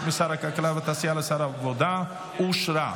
משר הכלכלה והתעשייה לשר העבודה אושרה.